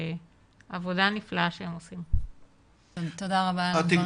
אנחנו היום נמצאים במצב שבו במידה רבה הזכות